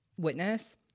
witness